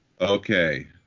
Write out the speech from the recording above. Okay